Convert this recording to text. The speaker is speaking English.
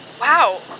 Wow